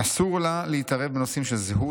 "אסור לה להתערב בנושאים של זהות,